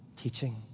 teaching